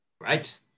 Right